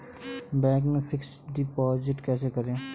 Bank में fix deposit कैसे करें?